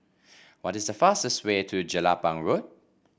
what is the fastest way to Jelapang Road